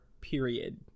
period